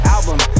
Album